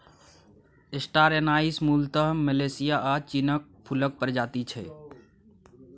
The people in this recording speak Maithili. स्टार एनाइस मुलतः मलेशिया आ चीनक फुलक प्रजाति छै